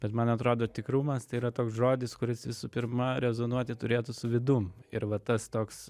bet man atrodo tikrumas tai yra toks žodis kuris visų pirma rezonuoti turėtų su vidum ir va tas toks